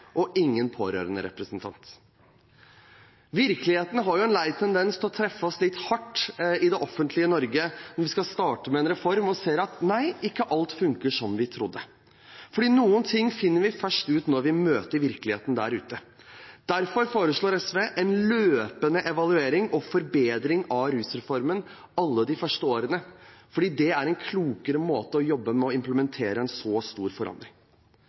og ingen pårørenderepresentant. Virkeligheten har en lei tendens til å treffe oss litt hardt i det offentlige Norge når vi skal starte med en reform og ser at ikke alt funker som vi trodde, fordi noen ting finner vi først ut når vi møter virkeligheten der ute. Derfor foreslår SV en løpende evaluering og forbedring av rusreformen alle de første årene, fordi dette er en klokere måte å jobbe med å implementere en så stor forandring.